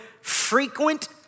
frequent